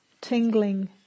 tingling